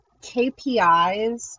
KPIs